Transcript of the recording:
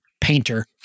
painter